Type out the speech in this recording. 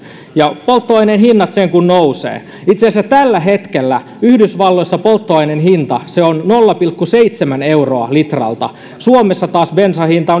ja polttoaineen hinnat sen kun nousevat itse asiassa tällä hetkellä yhdysvalloissa polttoaineen hinta on nolla pilkku seitsemän euroa litralta suomessa taas bensan hinta